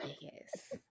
Yes